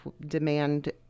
demand